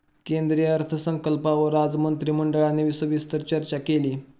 केंद्रीय अर्थसंकल्पावर आज मंत्रिमंडळाने सविस्तर चर्चा केली